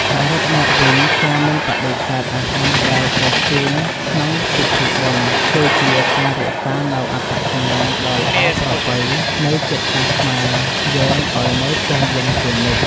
សរុបមកវិញ ការមិនបដិសេធអាហារដែលគេជូនក្នុងពិធីបុណ្យ គឺជាការរក្សានូវអត្តសញ្ញាណដ៏ល្អប្រពៃនៃជាតិសាសន៍ខ្មែរយើងឱ្យនៅគង់វង្សជានិច្ច។